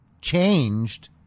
changed